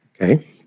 Okay